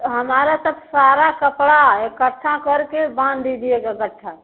हमारा तब सारा कपड़ा इकट्ठा करके बांध दीजिएगा गट्ठा